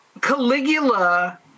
Caligula